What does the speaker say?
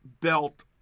belt